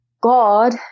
God